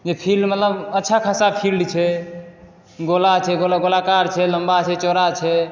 जे फील्ड मतलब अच्छा खासा फील्ड छै गोला छै गोलाकार छै लम्बा छै चौड़ा छै